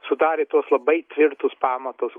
sudarė tuos labai tvirtus pamatus